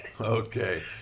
okay